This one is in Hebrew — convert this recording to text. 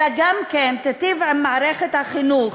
אלא תיטיב גם עם מערכת החינוך,